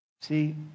see